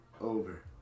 over